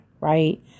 right